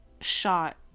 shot